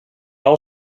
all